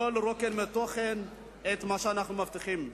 לא לרוקן מתוכן את מה שאנחנו מבטיחים.